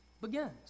begins